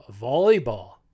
volleyball